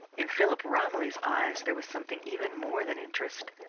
in philip romilly's eyes there was something even more than interest.